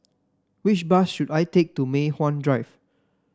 which bus should I take to Mei Hwan Drive